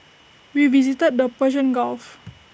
we visited the Persian gulf